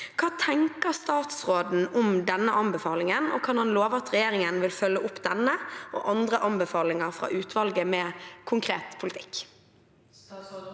Hva tenker statsråden om denne anbefalingen, og kan han love at regjeringen vil følge opp denne og andre anbefalinger fra utvalget med konkret politikk?»